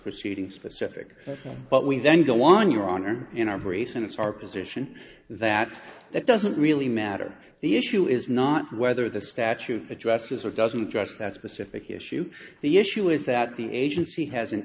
proceeding specific but we then go on your honor in our brace and it's our position that that doesn't really matter the issue is not whether the statute addresses or doesn't address that specific issue the issue is that the agency has an